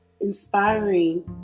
inspiring